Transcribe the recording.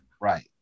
right